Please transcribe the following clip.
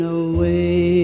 away